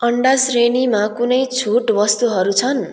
अन्डा श्रेणीमा कुनै छुट वस्तुहरू छन्